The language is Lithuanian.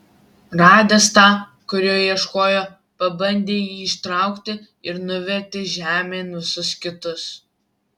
radęs tą kurio ieškojo pabandė jį ištraukti ir nuvertė žemėn visus kitus